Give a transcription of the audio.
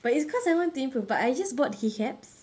but it's because I want to improve but I just bought key caps